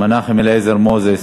מנחם אליעזר מוזס,